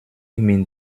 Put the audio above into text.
mit